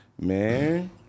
Man